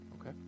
Okay